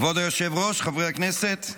כבוד היושב-ראש, חברי הכנסת,